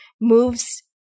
moves